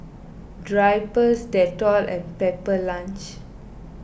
Drypers Dettol and Pepper Lunch